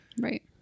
Right